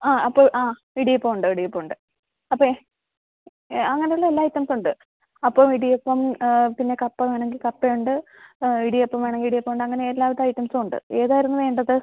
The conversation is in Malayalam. ആ അപ്പം ആ ഇടിയപ്പം ഉണ്ട് ഇടിയപ്പമുണ്ട് അപ്പെ അങ്ങനെ ഉള്ള എല്ലാ ഐറ്റംസുമുണ്ട് അപ്പം ഇടിയപ്പം പിന്നെ കപ്പ വേണമെങ്കിൽ കപ്പയുണ്ട് ഇടിയപ്പം വേണേൽ ഇടിയപ്പം ഉണ്ടങ്ങനെ എല്ലാ വിധ ഐറ്റംസും ഉണ്ട് ഏതായിരുന്നു വേണ്ടത്